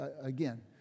again